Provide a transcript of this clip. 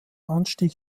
anstieg